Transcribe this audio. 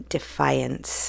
Defiance